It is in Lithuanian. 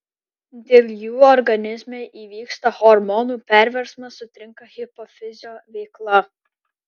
dėl jų organizme įvyksta hormonų perversmas sutrinka hipofizio veikla